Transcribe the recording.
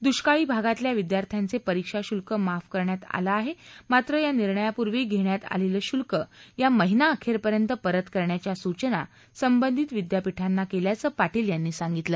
दुष्काळी भागातल्या विद्याथ्यांचे परीक्षा शुल्क माफ करण्यात आलं आहे मात्र या निर्णयापूर्वी घेण्यात आलेलं शुल्क या महिनाअखेरपर्यंत परत करण्याच्या सूचना संबंधित विद्यापीठांना केल्याचं पाटील यांनी सांगितलं